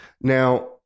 Now